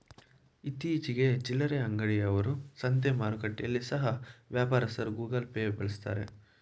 ಇತ್ತೀಚಿಗೆ ಚಿಲ್ಲರೆ ಅಂಗಡಿ ಅವರು, ಸಂತೆ ಮಾರುಕಟ್ಟೆಯಲ್ಲಿ ಸಹ ವ್ಯಾಪಾರಸ್ಥರು ಗೂಗಲ್ ಪೇ ಬಳಸ್ತಾರೆ